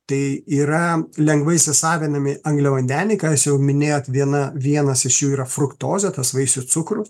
tai yra lengvai įsisavinami angliavandeniai ką jūs jau minėjot viena vienas iš jų yra fruktozė tas vaisių cukrus